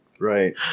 Right